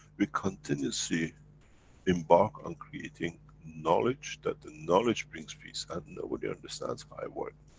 we continuously embark and creating knowledge, that the knowledge brings peace and nobody understands my work.